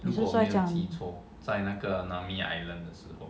你是在讲